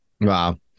Wow